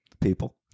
People